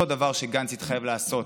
אותו דבר שגנץ התחייב לעשות